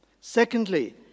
Secondly